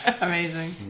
Amazing